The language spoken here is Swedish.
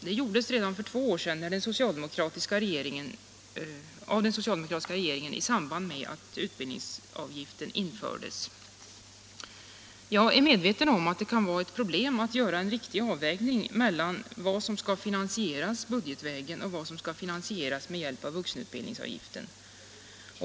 Det gjordes redan för två år sedan av den socialdemokratiska regeringen i samband med att utbildningsavgiften infördes. Jag är medveten om att det kan vara ett problem att göra en riktig avvägning mellan vad som skall finansieras budgetvägen och vad som skall finansieras med hjälp av vuxenutbildningsavgiften.